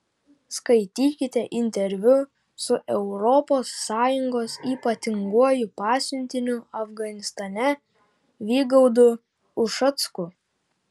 skaitykite interviu su europos sąjungos ypatinguoju pasiuntiniu afganistane vygaudu ušacku